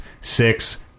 six